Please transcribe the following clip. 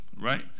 right